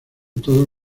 todos